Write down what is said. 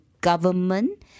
government